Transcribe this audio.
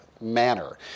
manner